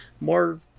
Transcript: more